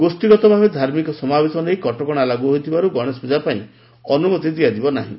ଗୋଷୀଗତ ଭାବେ ଧାର୍ମିକ ସମାବେଶ ନେଇ କଟକଣା ଲାଗୁ ହୋଇଥିବାରୁ ଗଣେଶ ପୂଜା ପାଇଁ ଅନୁମତି ଦିଆଯିବ ନାହିଁ